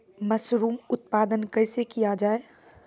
Mushroom उत्पादन कैसे किया जाय?